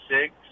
six